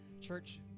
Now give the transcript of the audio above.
Church